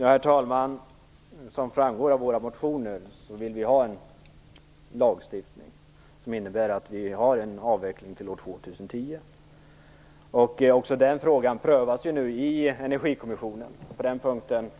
Herr talman! Som framgår av våra motioner vill vi ha en lagstiftning som innebär att kärnkraften skall vara avvecklad till år 2010. Även den frågan prövas nu i Energikommissionen. På den punkten